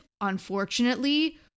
unfortunately